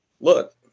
look